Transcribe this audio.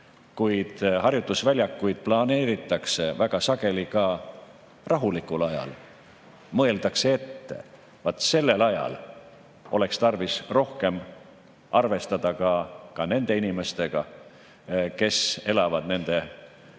Kuid harjutusväljakuid planeeritakse väga sageli ka rahulikul ajal, mõeldakse sellele ette. Vaat sellel ajal oleks tarvis rohkem arvestada nende inimestega, kes elavad nende